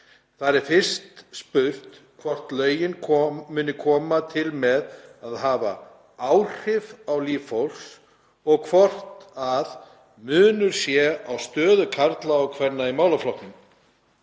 Þar er fyrst spurt hvort að lögin muni koma til með að hafa „áhrif á líf fólks“ og hvort að „munur sé á stöðu karla og kvenna í málaflokknum“.